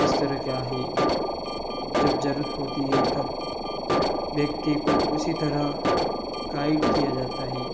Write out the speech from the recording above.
किस तरह क्या है जब जरुरत होती है तब व्यक्ति को उसी तरह गाइड किया जाता है